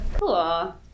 Cool